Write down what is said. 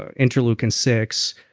ah interlocking six,